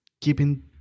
keeping